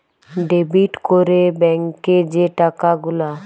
debit ক্যরে ব্যাংকে যে টাকা গুলা